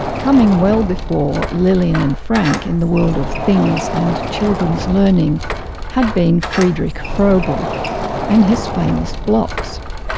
coming well before lillian and frank in the world of things and children's learning had been friedrich frobel and his famous blocks.